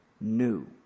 new